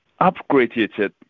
upgraded